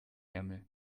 ärmel